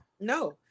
No